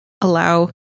allow